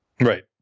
Right